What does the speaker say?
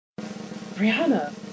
Brianna